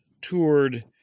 toured